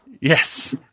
Yes